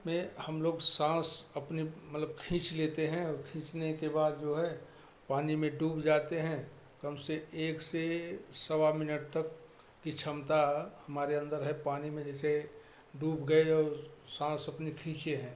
में हम लोग सांस अपनी मतलब खींच लेते हैं और खींचने के बाद जो है पानी में डूब जाते हैं कम से एक से सवा मिनट तक की क्षमता हमारे अंदर है पानी में जैसे डूब गए और सांस अपनी खींचे हैं